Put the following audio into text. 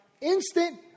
instant